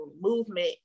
movement